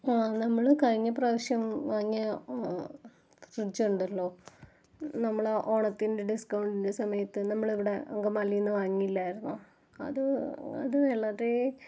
ആ നമ്മൾ കഴിഞ്ഞ പ്രാവശ്യം വാങ്ങിയ ഫ്രിഡ്ജുണ്ടല്ലോ നമ്മൾ ഓണത്തിൻ്റെ ഡിസ്കൗണ്ടിൻ്റെ സമയത്ത് നമ്മൾ ഇവിടെ അങ്കമാലിയിന്ന് വാങ്ങിയില്ലായിരുന്നോ അത് അത് വളരെ